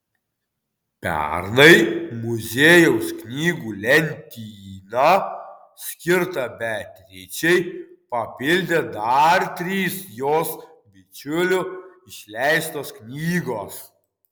pernai muziejaus knygų lentyną skirtą beatričei papildė dar trys jos bičiulių išleistos knygos